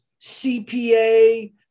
CPA